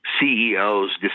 CEOs